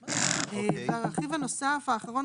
הרכיב הנוסף האחרון